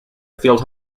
field